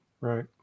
Right